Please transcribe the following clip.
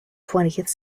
twentieth